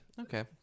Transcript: okay